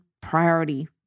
priority